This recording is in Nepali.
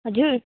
हजुर